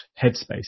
headspace